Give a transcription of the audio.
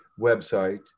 website